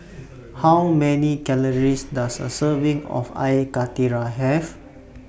How Many Calories Does A Serving of Air Karthira Have